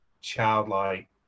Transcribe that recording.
childlike